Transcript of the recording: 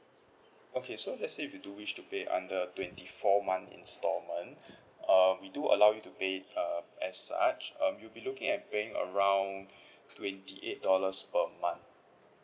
okay so let's say if you do wish to pay under a twenty four months installment uh we do allow you to pay uh as such um you'll be looking at paying around twenty eight dollars per month